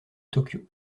tokyo